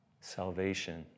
salvation